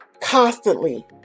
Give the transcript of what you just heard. constantly